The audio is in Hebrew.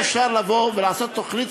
מכל הגוונים ומכל כלל ישראל.